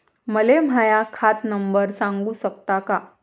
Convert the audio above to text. मले माह्या खात नंबर सांगु सकता का?